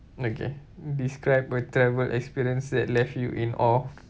okay describe a travel experience that left you in awe